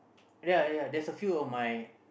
ya ya there's a few of my